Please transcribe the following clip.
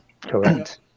Correct